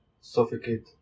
suffocate